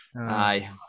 aye